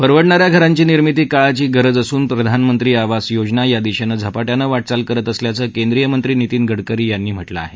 परवडणाऱ्या घरांची निर्मिती काळाची गरज असून प्रधानमंत्री आवास योजना या दिशेनं झपाट्यानं वाटचाल करत असल्याचं केंद्रीय मंत्री नीतीन गडकरी यांनी म्हटलं आहे